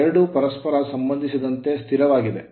ಎರಡು ಪರಸ್ಪರ ಸಂಬಂಧಿಸಿದಂತೆ ಸ್ಥಿರವಾಗಿದೆ